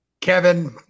Kevin